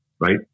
Right